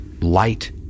light